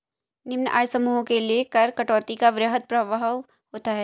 निम्न आय समूहों के लिए कर कटौती का वृहद प्रभाव होता है